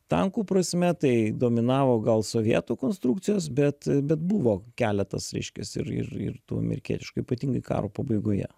tankų prasme tai dominavo gal sovietų konstrukcijos bet bet buvo keletas reiškias ir ir ir tų amerikietiškų ypatingai karo pabaigoje